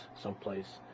someplace